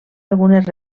algunes